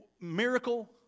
miracle